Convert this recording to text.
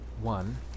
One